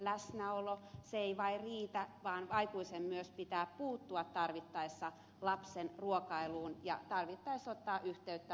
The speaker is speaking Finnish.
vain se ei riitä vaan aikuisen pitää tarvittaessa myös puuttua lapsen ruokailuun ja tarvittaessa pitää ottaa yhteyttä vanhempiin